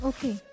Okay